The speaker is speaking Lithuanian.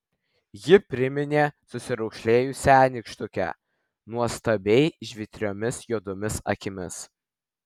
ji priminė susiraukšlėjusią nykštukę nuostabiai žvitriomis juodomis akimis